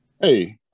Hey